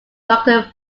doctor